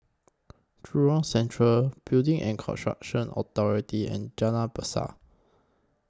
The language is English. Jurong Central Building and Construction Authority and Jalan Besar